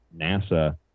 NASA